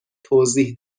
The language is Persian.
توضیح